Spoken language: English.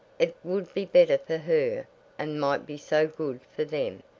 it would be better for her, and might be so good for them,